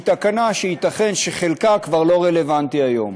תקנה שייתכן שחלקה כבר לא רלוונטי היום.